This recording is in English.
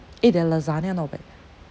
eh their lasagna not bad